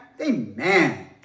amen